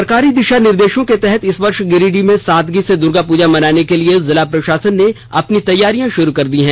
सरकारी दिशा निर्देशों के तहत इस वर्ष गिरिडीह में सादगी से दुर्गापूजा मनाने के लिए जिला प्रशासन ने अपनी तैयारी भाुरू कर दी है